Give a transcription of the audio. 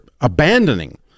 abandoning